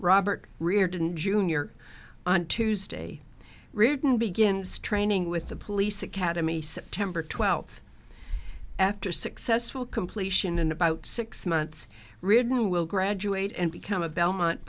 robert reardon jr on tuesday written begins training with the police academy september twelfth after successful completion in about six months written will graduate and become a belmont